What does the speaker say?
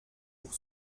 pour